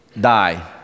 die